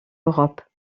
europe